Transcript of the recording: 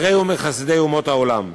הרי הוא מחסידי אומות העולם.